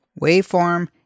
waveform